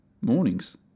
mornings